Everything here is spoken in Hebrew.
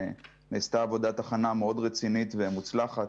נעשתה עבודת הכנה מאוד רצינית ומוצלחת